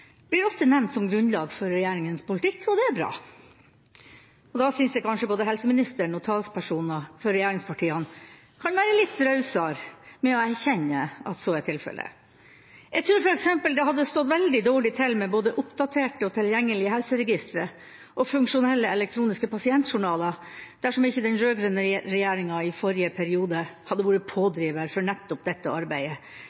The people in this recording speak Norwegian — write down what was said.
blir ofte nevnt som grunnlag for regjeringas politikk, og det er bra. Da synes jeg også at både helseministeren og talspersoner for regjeringspartiene kanskje kan være litt rausere med å erkjenne at så er tilfellet. Jeg tror f.eks. det hadde stått veldig dårlig til med både oppdaterte og tilgjengelige helseregistre og funksjonelle elektroniske pasientjournaler dersom ikke den rød-grønne regjeringa i forrige periode hadde vært pådriver for nettopp dette arbeidet